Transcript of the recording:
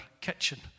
kitchen